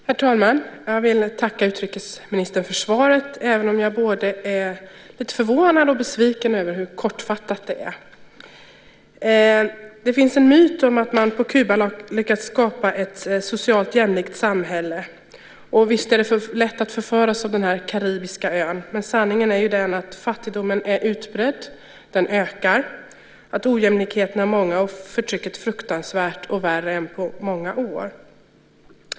Herr talman! Jag vill tacka utrikesministern för svaret, även om jag är både lite förvånad och besviken över hur kortfattat det är. Det finns en myt om att man på Kuba lyckats skapa ett socialt jämlikt samhälle, och visst är det lätt att förföras av denna karibiska ö. Men sanningen är den att fattigdomen är utbredd, den ökar, att ojämlikheterna är många och förtrycket fruktansvärt och värre än på många år.